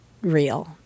real